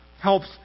helps